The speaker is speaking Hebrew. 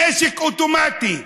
נשק אוטומטי,